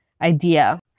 idea